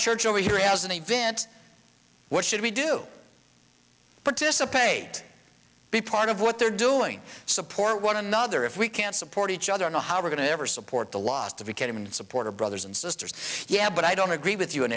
church over here has an event what should we do participate be part of what they're doing support one another if we can't support each other know how we're going to ever support the last if you can even support or brothers and sisters yeah but i don't agree with you